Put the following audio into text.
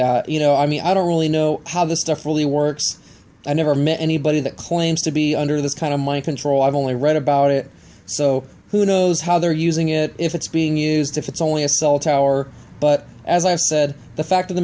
that you know i mean i don't really know how this stuff really works i never met anybody that claims to be under this kind of mind control i've only read about it so who knows how they're using it if it's being used if it's only a cell tower but as i said the fact of the